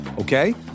Okay